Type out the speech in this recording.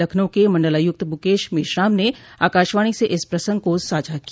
लखनऊ के मंडलायुक्त मुकेश मेश्राम ने आकाशवाणी से इस प्रसंग को साझा किया